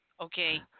Okay